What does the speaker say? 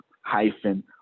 hyphen